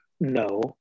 no